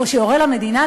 או שיורה למדינה,